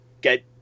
get